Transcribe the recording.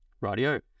Radio